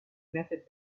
method